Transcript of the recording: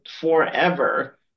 forever